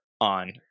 on